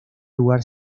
lugar